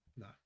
no